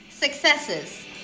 successes